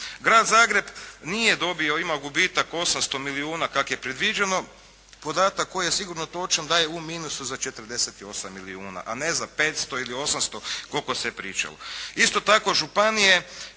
Grad Zagreb nije dobio. Ima gubitak 800 milijuna kako je predviđeno. Podatak koji je sigurno točan da je u minusu za 48 milijuna, a ne za 500 ili 800 koliko se pričalo.